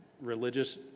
religious